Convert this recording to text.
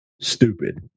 stupid